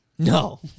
No